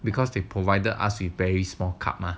because they provided us with very small cup ah